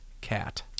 cat